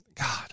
God